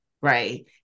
right